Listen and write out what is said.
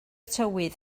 tywydd